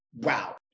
wow